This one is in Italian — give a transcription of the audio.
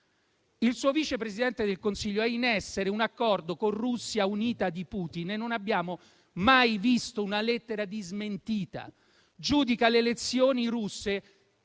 Il suo Vice Presidente del Consiglio ha in essere un accordo con Russia Unita di Putin e non abbiamo mai visto una lettera di smentita. Giudica le elezioni russe